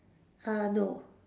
uh no